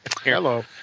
Hello